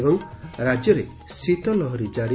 ଏବଂ ରାଜ୍ୟରେ ଶୀତଲହରୀ ଜାରି